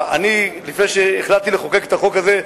לפני שהחלטתי לחוקק את החוק הזה,